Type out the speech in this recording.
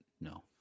No